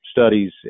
studies